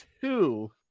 two